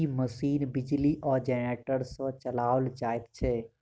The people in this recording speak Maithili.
ई मशीन बिजली आ जेनेरेटर सॅ चलाओल जाइत छै